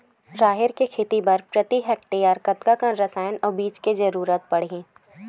राहेर के खेती बर प्रति हेक्टेयर कतका कन रसायन अउ बीज के जरूरत पड़ही?